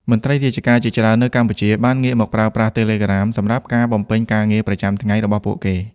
មន្ត្រីរាជការជាច្រើននៅកម្ពុជាបានងាកមកប្រើប្រាស់ Telegram សម្រាប់ការបំពេញការងារប្រចាំថ្ងៃរបស់ពួកគេ។